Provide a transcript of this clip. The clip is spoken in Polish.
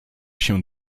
się